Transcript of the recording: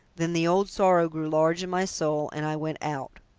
then the old sorrow grew large in my soul, and i went out